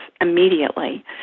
immediately